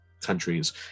countries